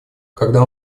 когда